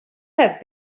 have